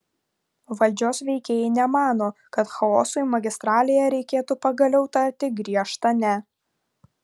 valdžios veikėjai nemano kad chaosui magistralėje reikėtų pagaliau tarti griežtą ne